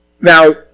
Now